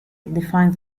defines